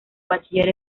bachiller